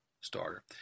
starter